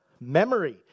memory